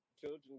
children